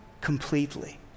completely